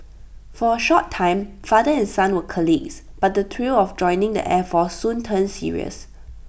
for A short time father and son were colleagues but the thrill of joining the air force soon turned serious